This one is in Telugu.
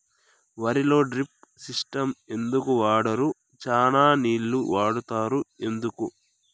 వరిలో డ్రిప్ సిస్టం ఎందుకు వాడరు? చానా నీళ్లు వాడుతారు ఎందుకు?